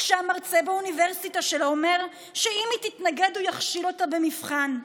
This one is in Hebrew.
כשהמרצה באוניברסיטה שלה אומר שאם היא תתנגד הוא יכשיל אותה במבחן,